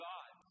God